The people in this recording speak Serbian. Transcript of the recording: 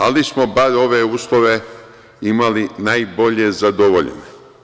Ali smo bar ove uslove imali najbolje zadovoljene.